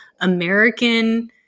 American